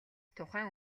тухайн